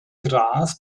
gras